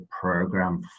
program